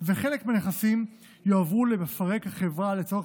וחלק מהנכסים יועברו למפרק החברה לצורך